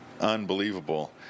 Unbelievable